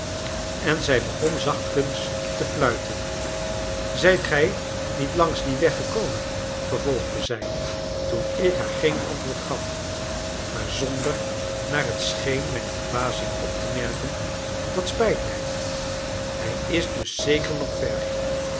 en zij begon zachtkens te fluiten zijt gij niet langs dien weg gekomen vervolgde zij toen ik haar geen antwoord gaf maar zonder naar het scheen mijn verbazing op te merken dat spijt mij hij is dus zeker nog ver